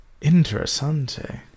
Interessante